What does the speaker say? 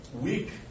weak